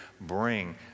bring